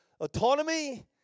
autonomy